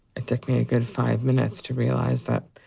it took me a good five minutes to realize that.